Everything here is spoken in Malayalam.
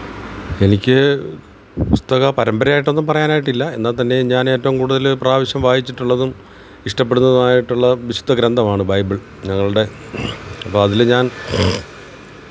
എനിക്ക് പുസ്തക പരമ്പരയായിട്ടൊന്നും പറയാനായിട്ടില്ല എന്നാൽത്തന്നെയും ഞാന് ഏറ്റവും കൂടുതൽ പ്രാവിശ്യം വായിച്ചിട്ടുള്ളതും ഇഷ്ടപ്പെടുന്നതുമായിട്ടുള്ള വിശുദ്ധ ഗ്രന്ഥമാണ് ബൈബിള് ഞങ്ങളുടെ അപ്പോൾ അതിൽ ഞാന്